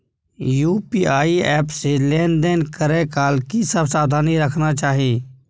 UPI app से लेन देन करै काल की सब सावधानी राखना चाही?